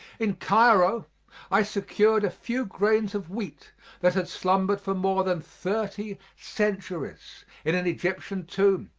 in cairo i secured a few grains of wheat that had slumbered for more than thirty centuries in an egyptian tomb.